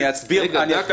נקודה.